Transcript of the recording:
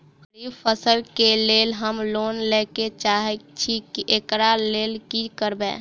खरीफ फसल केँ लेल हम लोन लैके चाहै छी एकरा लेल की करबै?